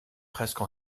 presque